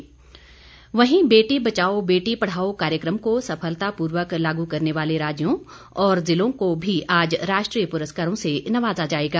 पुरस्कार वहीं बेटी बचाओ बेटी पढ़ाओ कार्यक्रम को सफलता पूर्वक लागू करने वाले राज्यों और जिलों को आज राष्ट्रीय पुरस्कारों से नवाजा जाएगा